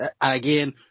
again